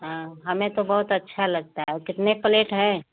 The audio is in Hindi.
हाँ हमें तो बहुत अच्छा लगता है वो कितने प्लेट है